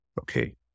Okay